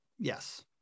Yes